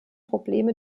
probleme